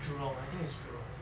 jurong I think is jurong